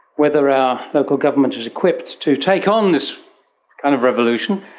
whether our local government is equipped to take on this kind of revolution,